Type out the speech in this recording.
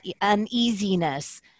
uneasiness